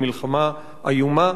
במלחמה איומה